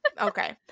Okay